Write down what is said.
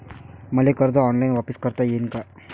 मले कर्ज ऑनलाईन वापिस करता येईन का?